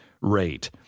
rate